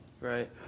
Right